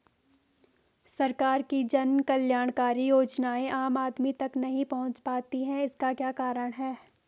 सरकार की जन कल्याणकारी योजनाएँ आम आदमी तक नहीं पहुंच पाती हैं इसका क्या कारण है?